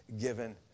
given